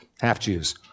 Half-Jews